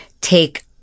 take